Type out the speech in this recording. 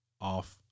off